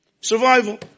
Survival